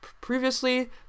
Previously